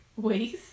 Waste